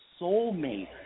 soulmate